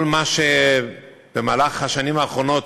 כל מה שבמהלך השנים האחרונות,